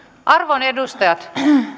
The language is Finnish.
arvon edustajat ja